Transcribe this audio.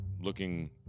looking